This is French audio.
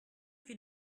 qui